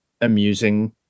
amusing